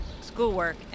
schoolwork